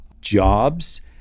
jobs